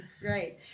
Great